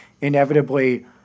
inevitably